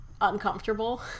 uncomfortable